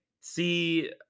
see